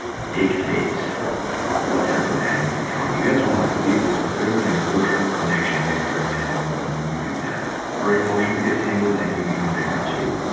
dictates what type of man you become. you guys don't want to believe this but there's an emotional connection made between man and woman when you do that. her emotions get tangled and you become different too.